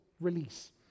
release